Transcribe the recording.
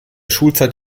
schulzeit